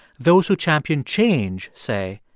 those who champion change say,